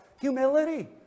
Humility